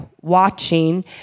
watching